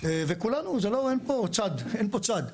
ואין פה צד,